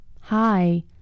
hi